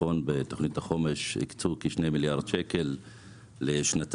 בתוכנית החומש הוקצו כשני מיליארד שקל לשנתיים,